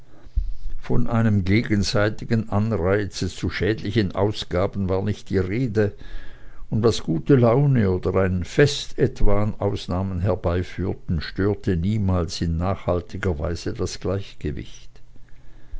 von einem gegenseitigen anreize zu schädlichen ausgaben war nicht die rede und was gute laune oder ein fest etwa an ausnahmen herbeiführten störte niemals in nachhaltiger weise das gleichgewicht